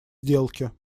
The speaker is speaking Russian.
сделки